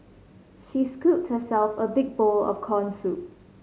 she scooped herself a big bowl of corn soup